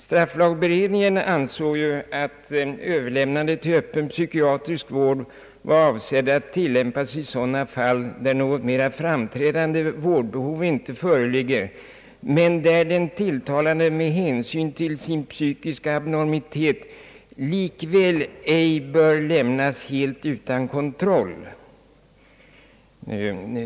Strafflagberedningen ansåg ju att överlämnande till öppen psykiatrisk vård var avsett att tillämpas i sådana fall, där något mera framträdande vårdbehov inte föreligger men där den tilltalade med hänsyn till sin psykiska abnormitet likväl ej bör lämnas helt utan kontroll.